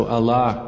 Allah